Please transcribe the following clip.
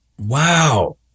Wow